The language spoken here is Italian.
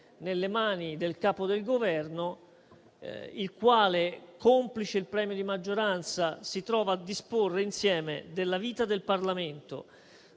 nelle mani del Capo del Governo, il quale, complice il premio di maggioranza, si trova a disporre insieme della vita del Parlamento,